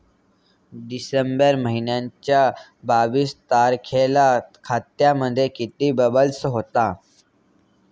डिसेंबर महिन्याच्या बावीस तारखेला खात्यामध्ये किती बॅलन्स होता?